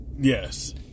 yes